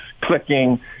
clicking